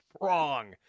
Wrong